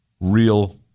real